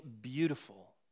beautiful